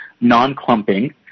non-clumping